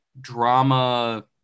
drama